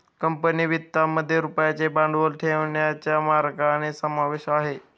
company वित्तामध्ये रुपयाचे भांडवल ठेवण्याच्या मार्गांचा समावेश आहे